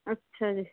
ਅੱਛਾ ਜੀ